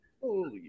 Holy